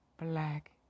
black